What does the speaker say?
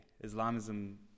Islamism